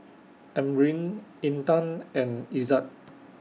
Amrin Intan and Izzat